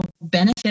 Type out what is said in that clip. benefit